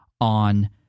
on